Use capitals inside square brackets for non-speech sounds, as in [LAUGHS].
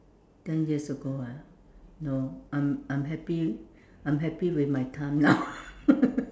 ten years ago ah no I'm I'm happy I'm happy with my time now [LAUGHS]